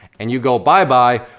and you go bye-bye,